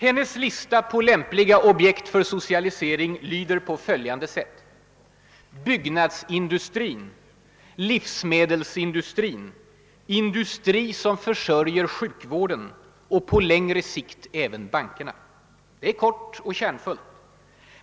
Hennes lista på lämpliga objekt för socialisering lyder på följande sätt: »Byggnadsindustrin, livsmedelsindustrin, industri som försörjer sjukvården och på längre sikt även bankerna.» Det är kort och kärnfullt.